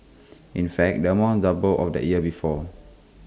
in fact the amount doubled of the year before